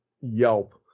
yelp